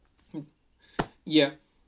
ya